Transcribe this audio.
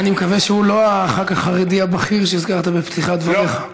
אני מקווה שהוא לא הח"כ החרדי הבכיר שהזכרת בפתיחת דבריך.